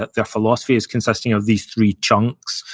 ah their philosophy, as consisting of these three chunks,